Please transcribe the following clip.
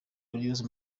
gloriose